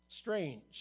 Strange